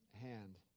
hand